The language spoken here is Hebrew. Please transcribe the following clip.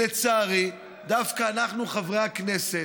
לצערי, דווקא אנחנו, חברי הכנסת,